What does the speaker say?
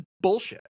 Bullshit